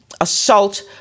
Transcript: assault